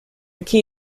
key